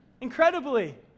incredibly